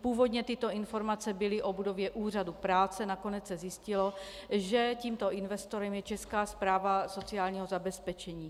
Původně tyto informace byly o budově úřadu práce, nakonec se zjistilo, že tímto investorem je Česká správa sociálního zabezpečení.